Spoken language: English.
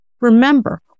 Remember